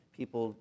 people